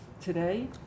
today